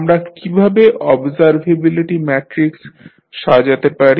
আমরা কীভাবে observability metrics সাজাতে পারি